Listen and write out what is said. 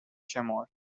شمرد